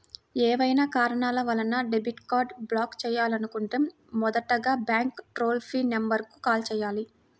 ఏవైనా కారణాల వలన డెబిట్ కార్డ్ని బ్లాక్ చేయాలనుకుంటే మొదటగా బ్యాంక్ టోల్ ఫ్రీ నెంబర్ కు కాల్ చేయాలి